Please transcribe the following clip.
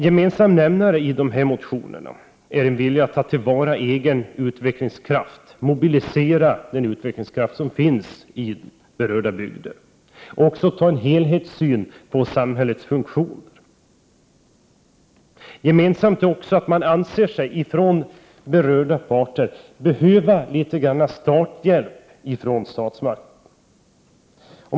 Gemensam nämnare i dessa motioner är en vilja att ta till vara egen utvecklingskraft, mobilisera den utvecklingskraft som finns i de berörda bygderna. Det är också fråga om en helhetssyn på samhällets funktioner. Gemensamt är också att de berörda parterna anser sig behöva litet starthjälp av statsmakten.